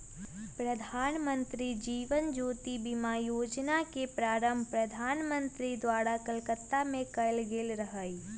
प्रधानमंत्री जीवन ज्योति बीमा जोजना के आरंभ प्रधानमंत्री द्वारा कलकत्ता में कएल गेल रहइ